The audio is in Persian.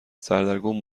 سردرگم